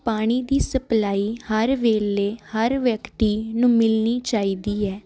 ਪਾਣੀ ਦੀ ਸਪਲਾਈ ਹਰ ਵੇਲੇ ਹਰ ਵਿਅਕਤੀ ਨੂੰ ਮਿਲਣੀ ਚਾਹੀਦੀ ਹੈ